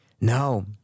No